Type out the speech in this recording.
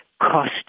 cost